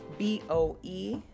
B-O-E